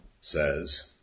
says